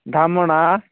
ଢାମଣା